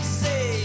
say